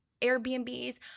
Airbnbs